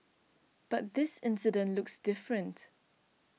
but this incident looks different